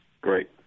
Great